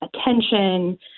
attention